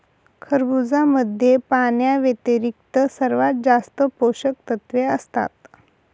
खरबुजामध्ये पाण्याव्यतिरिक्त सर्वात जास्त पोषकतत्वे असतात